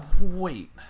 wait